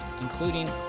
including